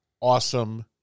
awesome